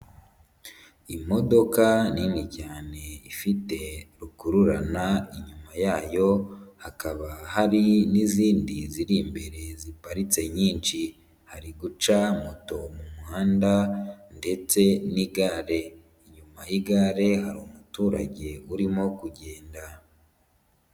Imodoka nini cyane ifite rukururana, inyuma yayo hakaba hari n'izindi ziri imbere ziparitse nyinshi, hari guca moto mu muhanda ndetse n'igare, inyuma y'igare hari umuturage urimo kugenda.